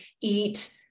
eat